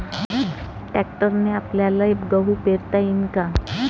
ट्रॅक्टरने आपल्याले गहू पेरता येईन का?